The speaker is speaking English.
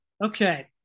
Okay